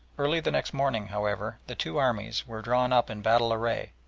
early the next morning, however, the two armies were drawn up in battle array,